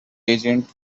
agent